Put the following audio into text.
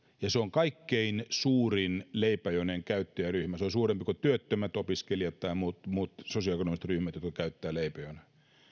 ja se on kaikkein suurin leipäjonojen käyttäjäryhmä se on suurempi kuin työttömät opiskelijat tai muut sosioekonomiset ryhmät jotka käyttävät leipäjonoja